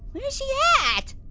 she at?